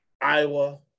Iowa